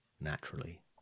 naturally